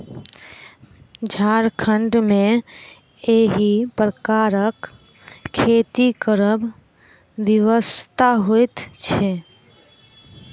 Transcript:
झारखण्ड मे एहि प्रकारक खेती करब विवशता होइत छै